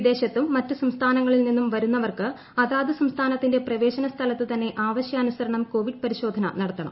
വിദേശത്തും മറ്റ് സംസ്ഥാനങ്ങളിൽനിന്നും വരുന്നവർക്ക് അതത് സംസ്ഥാനത്തിന്റെ പ്രവേശനസ്ഥലത്തുതന്നെ ആവശ്യാനുസരണം കോവിഡ് പരിശോധന നടത്തണം